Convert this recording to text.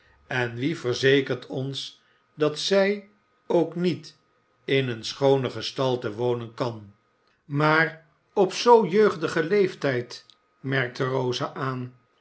en wie verzekert ons dat zij ook niet in eene schoone gestalte wonen kan maar op zoo jeugdigen leeftijd merkte rosa aan